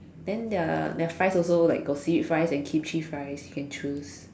then their their fries also like got seaweed fries and kimchi fries you can choose